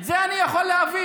את זה אני יכול להבין.